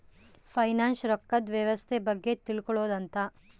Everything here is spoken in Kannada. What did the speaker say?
ಫೈನಾಂಶ್ ರೊಕ್ಕದ್ ವ್ಯವಸ್ತೆ ಬಗ್ಗೆ ತಿಳ್ಕೊಳೋದು ಅಂತ